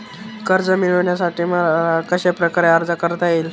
कर्ज मिळविण्यासाठी मला कशाप्रकारे अर्ज करता येईल?